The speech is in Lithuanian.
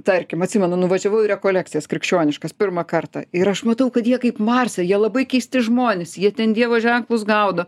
tarkim atsimenu nuvažiavau į rekolekcijas krikščioniškas pirmą kartą ir aš matau kad jie kaip marse jie labai keisti žmonės jie ten dievo ženklus gaudo